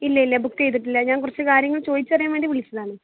ഇല്ല ഇല്ല ബുക്ക് ചെയ്തിട്ടില്ല ഞാൻ കുറച്ച് കാര്യങ്ങൾ ചോദിച്ചറിയാൻ വേണ്ടി വിളിച്ചതാണ്